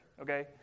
Okay